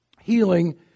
healing